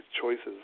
choices